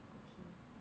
okay